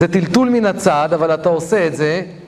זה טלטול מן הצד אבל אתה עושה את זה